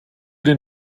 den